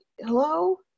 Hello